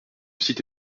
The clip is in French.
site